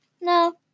No